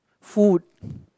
food